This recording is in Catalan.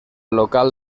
local